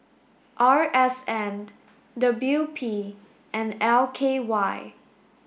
R S N W P and L K Y